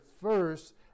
first